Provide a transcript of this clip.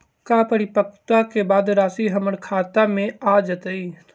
का परिपक्वता के बाद राशि हमर खाता में आ जतई?